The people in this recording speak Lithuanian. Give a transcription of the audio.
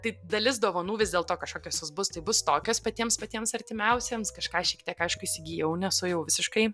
tai dalis dovanų vis dėlto kažkokios jos bus tai bus tokios patiems patiems artimiausiems kažką šiek tiek aišku įsigijau nesu jau visiškai